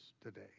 today